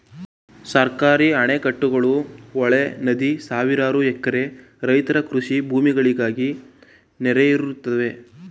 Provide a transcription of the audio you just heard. ಸರ್ಕಾರಿ ಅಣೆಕಟ್ಟುಗಳು, ಹೊಳೆ, ನದಿ ಸಾವಿರಾರು ಎಕರೆ ರೈತರ ಕೃಷಿ ಭೂಮಿಗಳಿಗೆ ನೀರೆರೆಯುತ್ತದೆ